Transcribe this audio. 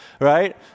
right